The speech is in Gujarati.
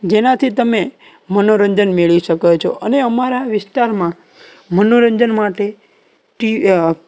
જેનાથી તમે મનોરંજન મેળવી શકો છો અને અમારા વિસ્તારમાં મનોરંજન માટે ટી